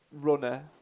runner